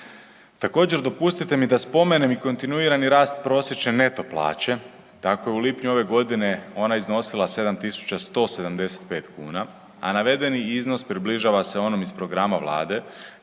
Također dopustite mi da spomenem i kontinuirani rast prosječne neto plaće. Tako je u lipnju ove godine ona iznosila 7.175 kuna, a navedeni iznos približava se onom iz programa vlade